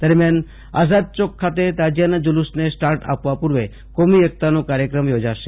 દરમિયાન આમાદ એક ખાતે તાજિયાનાં જલુસને સ્ટાર્ટ આપવા પૂર્વ ક્રીમી એકતા નો કાર્યક્રમ યોજાશે